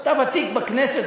אתה ותיק בכנסת,